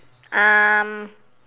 um